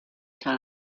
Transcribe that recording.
time